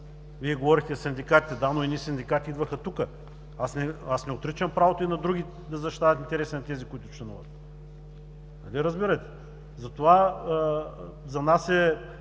Вие говорихте – синдикатите. Да, но едни синдикати идваха тук. Не отричам правото и на други да защитават интересите на тези, които членуват. Нали разбирате? Затова за нас е,